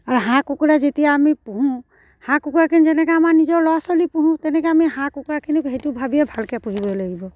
আৰু হাঁহ কুকুৰা যেতিয়া আমি পুহোঁ হাঁহ কুকুৰাখিনি যেনেকৈ আমাৰ নিজৰ ল'ৰা ছোৱালী পোহোঁ তেনেকৈ আমি হাঁহ কুকুৰাখিনিকো সেইটো ভাবিয়ে ভালকৈ পুহিব লাগিব